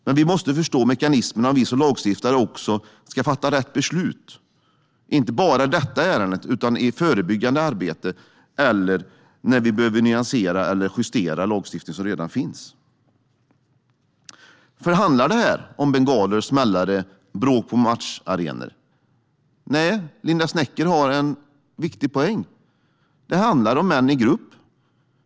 Men vi måste förstå mekanismerna om vi som lagstiftare ska fatta rätt beslut. Det gäller inte bara i detta ärende utan i det förebyggande arbetet eller när vi behöver nyansera eller justera lagstiftning som redan finns. Handlar det om bengaler, smällare eller bråk på matcharenor? Nej, Linda Snecker har en viktig poäng. Det handlar om män i grupp.